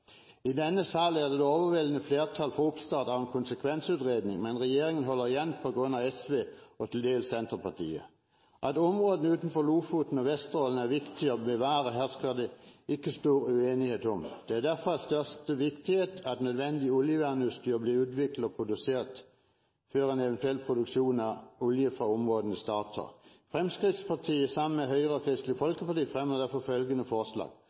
I denne sal er det et overveldende flertall for oppstart av en konsekvensutredning, men regjeringen holder igjen på grunn av SV og til dels Senterpartiet. At områdene utenfor Lofoten og Vesterålen er viktig å bevare, hersker det ikke stor uenighet om. Det er derfor av største viktighet at nødvendig oljevernutstyr blir utviklet og produsert før en eventuell produksjon av olje fra områdene starter. Fremskrittspartiet, sammen med Høyre og Kristelig Folkeparti, fremmer derfor følgende forslag: